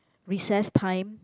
recess time